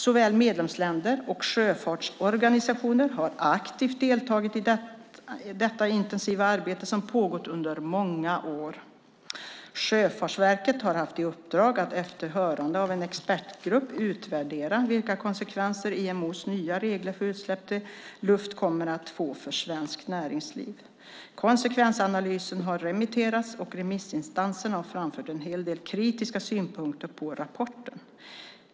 Såväl medlemsländer som sjöfartsorganisationer har aktivt deltagit i det intensiva arbete som har pågått under många år. Sjöfartsverket har haft i uppdrag att efter hörande av en expertgrupp utvärdera vilka konsekvenser IMO:s nya regler för utsläpp till luft kommer att få för svenskt näringsliv. Konsekvensanalysen har remitterats och remissinstanserna har framfört en hel del kritiska synpunkter på rapporten.